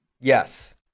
Yes